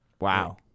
Wow